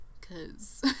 Cause